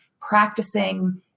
practicing